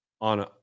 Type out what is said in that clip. on